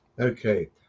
Okay